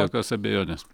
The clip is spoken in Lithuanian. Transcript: jokios abejonės